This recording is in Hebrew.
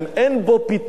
אין בו פתרון.